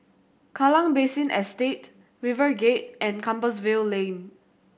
Kallang Basin Estate RiverGate and Compassvale Lane